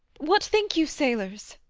what think you, sailors?